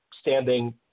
standing